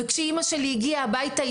כשאימא שלי הגיעה הביתה,